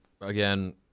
again